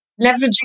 leveraging